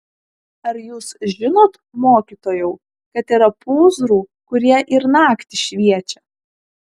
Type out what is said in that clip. ar jūs žinot mokytojau kad yra pūzrų kurie ir naktį šviečia